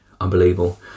unbelievable